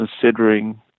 considering